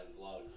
vlogs